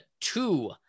two